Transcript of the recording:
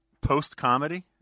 post-comedy